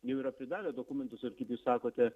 jau yra pridavę dokumentus ir jūs sakote